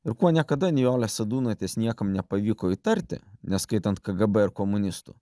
ir kuo niekada nijolės sadūnaitės niekam nepavyko įtarti neskaitant kgb ir komunistų